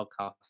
podcast